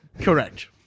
Correct